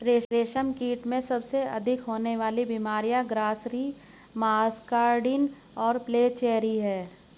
रेशमकीट में सबसे अधिक होने वाली बीमारियां ग्रासरी, मस्कार्डिन और फ्लैचेरी हैं